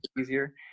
easier